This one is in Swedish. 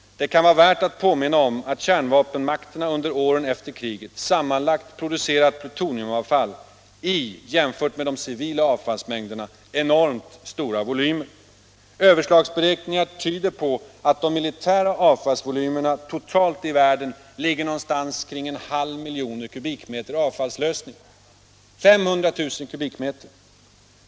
Det kan vara värt att påminna om att kärnvapenmakterna under åren efter kriget sam manlagt producerat plutoniumavfall i — jämfört med de civila avfalls mängderna — enormt stora volymer. Överslagsberäkningar tyder på att de militära avfallsvolymerna totalt i världen ligger någonstans omkring 500 000 m? flytande avfall.